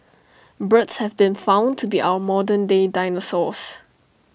birds have been found to be our modern day dinosaurs